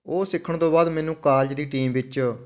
ਉਹ ਸਿੱਖਣ ਤੋਂ ਬਾਅਦ ਮੈਨੂੰ ਕਾਲਜ ਦੀ ਟੀਮ ਵਿੱਚ